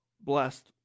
blessed